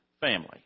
family